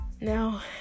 Now